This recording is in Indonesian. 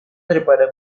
daripada